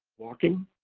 walking,